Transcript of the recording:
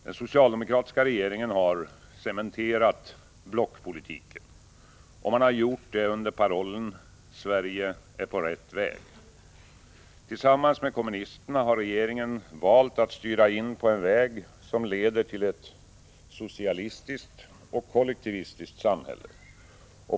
Den socialdemokratiska regeringen har cementerat blockpolitiken. Och man har gjort det under parollen ”Sverige är på rätt väg”. Tillsammans med kommunisterna har regeringen valt att styra in på en väg som leder till ett socialistiskt och kollektivistiskt samhälle.